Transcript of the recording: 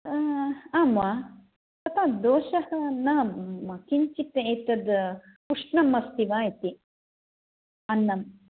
आम् वा तथा दोषः नाम किञ्चित् एतद् उष्णम् अस्ति वा इति अन्नम्